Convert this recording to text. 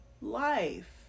life